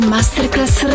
Masterclass